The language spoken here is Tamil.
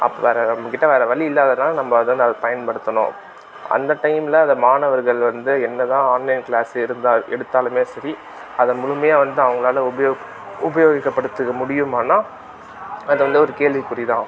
அப்புறம் நம்ம கிட்டே வேறு வழி இல்லாததனால நம்ம வந்து அதை பயன்படுத்தினோம் அந்த டைமில் அதை மாணவர்கள் வந்து என்ன தான் ஆன்லைன் க்ளாஸ் இருந்தால் எடுத்தாலுமே சரி அதை முழுமையா வந்து அவங்களால உபயோக உபயோகிக்க படுத்திக்க முடியுமான்னா அது வந்து ஒரு கேள்விக்குறி தான்